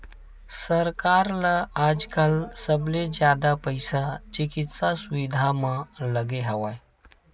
सरकार ल आजकाल सबले जादा पइसा चिकित्सा सुबिधा म लगे हवय